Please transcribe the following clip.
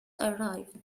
arrived